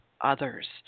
others